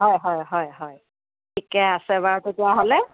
অঁ হয় হয় হয় ঠিকেই আছে বাৰু তেতিয়াহ'লে